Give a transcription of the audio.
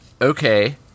Okay